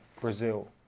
Brazil